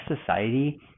society